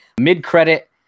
mid-credit